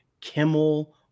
Kimmel